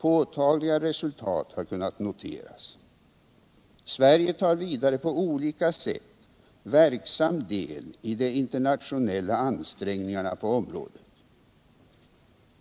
Påtagliga resultat har kunnat noteras. Sverige tar vidare på olika sätt verksam delide internationella ansträngningarna på området.